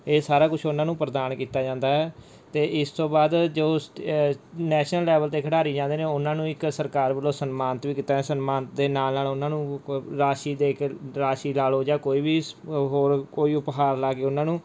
ਇਹ ਸਾਰਾ ਕੁਛ ਉਹਨਾਂ ਨੂੰ ਪ੍ਰਦਾਨ ਕੀਤਾ ਜਾਂਦਾ ਹੈ ਅਤੇ ਇਸ ਤੋਂ ਬਾਅਦ ਜੋ ਸਟ ਨੈਸ਼ਨਲ ਲੈਵਲ 'ਤੇ ਖਿਡਾਰੀ ਜਾਂਦੇ ਨੇ ਉਹਨਾਂ ਨੂੰ ਇੱਕ ਸਰਕਾਰ ਵੱਲੋਂ ਸਨਮਾਨਿਤ ਵੀ ਕੀਤਾ ਸਨਮਾਨਿਤ ਦੇ ਨਾਲ ਨਾਲ ਉਹਨਾਂ ਨੂੰ ਕੋ ਰਾਸ਼ੀ ਦੇ ਕੇ ਰਾਸ਼ੀ ਲਾ ਲਓ ਜਾਂ ਕੋਈ ਵੀ ਹੋਰ ਕੋਈ ਉਪਹਾਰ ਲਾ ਕੇ ਉਹਨਾਂ ਨੂੰ